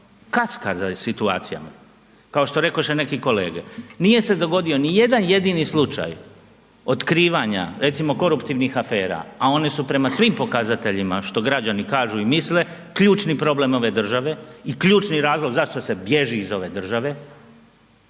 kaska za situacijama, kao što rekoše neki kolege, nije se dogodio ni jedan jedini slučaj otkrivanja recimo koruptivnih afera, a one su prema svim pokazateljima što građani kažu i misle, ključni problem ove države i ključni razlog zašto se bježi iz ove države,